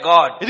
God